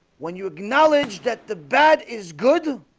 when you acknowledge that the bad is good